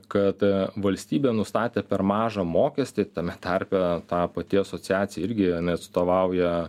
kad valstybė nustatė per mažą mokestį tame tarpe ta pati asociacija irgi atstovauja